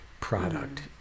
product